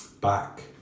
Back